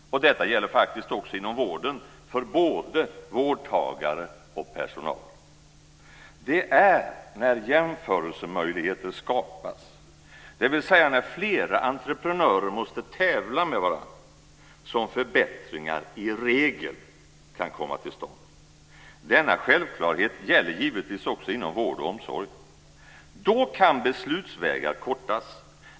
Detta gäller faktiskt också inom vården, för både vårdtagare och personal. Det är när jämförelsemöjligheter skapas, dvs. när flera entreprenörer måste tävla med varandra, som förbättringar i regel kan komma till stånd. Denna självklarhet gäller givetvis också inom vård och omsorg. Då kan beslutsvägar kortas.